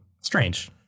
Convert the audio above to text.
Strange